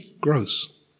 gross